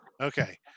Okay